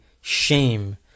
shame